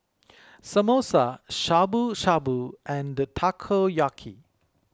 Samosa Shabu Shabu and Takoyaki